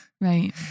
Right